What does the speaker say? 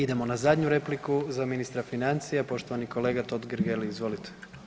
Idemo na zadnju repliku, za ministra financija poštovani kolega Totgergeli, izvolite.